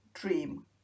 DREAM